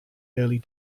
early